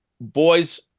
boys